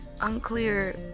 unclear